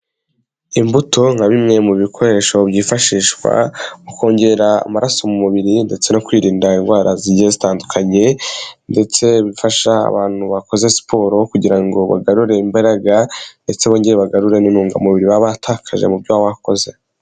Imbuto nka bimwe mu bikoresho byifashishwa mu kongera amaraso mu mubiri ndetse no kwirinda indwara zigiye zitandukanye, ndetse bifasha abantu bakoze siporo kugira ngo bagarure imbaraga ndetse bongere bagarure n'intungamubiri baba batakaje mu byo baba bakoze.